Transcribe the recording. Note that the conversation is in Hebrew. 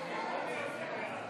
ההסתייגות נדחתה.